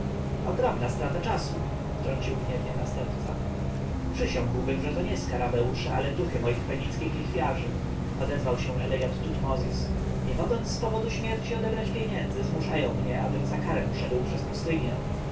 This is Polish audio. ogromna strata czasu wtrącił gniewnie następca przysiągłbym że to nie skarabeusze ale duchy moich fenickich lichwiarzy odezwał się elegant tutmozis nie mogąc z powodu śmierci odebrać pieniędzy zmuszają mnie abym za karę szedł przez pustynię